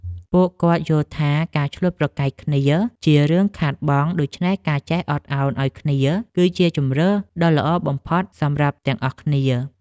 ពួកគាត់យល់ថាការឈ្លោះប្រកែកគ្នាជារឿងខាតបង់ ដូច្នេះការចេះអត់ឱនឱ្យគ្នា គឺជាជម្រើសដ៏ល្អបំផុតសម្រាប់ទាំងអស់គ្នា។